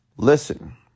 Listen